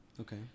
Okay